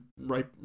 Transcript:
right